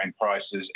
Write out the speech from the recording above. prices